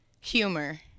humor